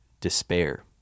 despair